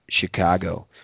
Chicago